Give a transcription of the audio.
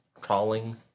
crawling